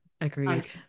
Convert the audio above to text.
Agreed